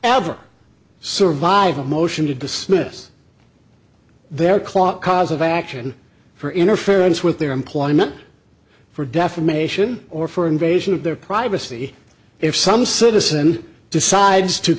ever survive a motion to dismiss their clock cause of action for interference with their employment for defamation or for invasion of their privacy if some citizen decides to